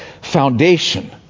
foundation